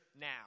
now